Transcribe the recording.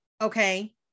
okay